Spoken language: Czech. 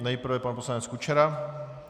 Nejprve pan poslanec Kučera.